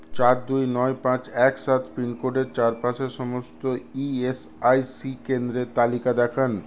চার দুই নয় পাঁচ এক সাত পিনকোডের চারপাশে সমস্ত ইএসআইসি কেন্দ্রের তালিকা দেখান